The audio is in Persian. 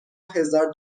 هزار